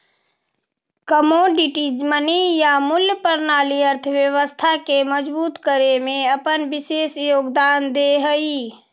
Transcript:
commodity money या मूल्य प्रणाली अर्थव्यवस्था के मजबूत करे में अपन विशेष योगदान दे हई